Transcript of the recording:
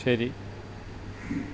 ശരി